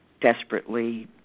desperately